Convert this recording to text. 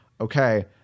Okay